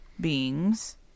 beings